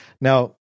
Now